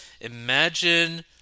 imagine